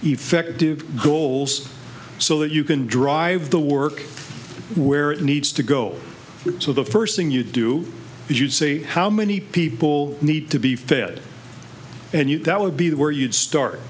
effective goals so that you can drive the work where it needs to go so the first thing you do is you say how many people need to be fed and you that would be that where you'd start